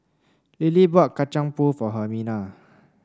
Lilie bought Kacang Pool for Hermina